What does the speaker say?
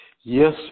Yes